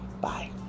Bye